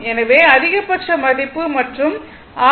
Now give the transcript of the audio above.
எனவே அதிகபட்ச மதிப்பு மற்றும் ஆர்